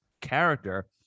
character